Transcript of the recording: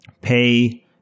pay